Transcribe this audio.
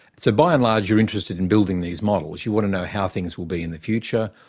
so by and large you're interested in building these models. you want to know how things will be in the future.